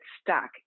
stuck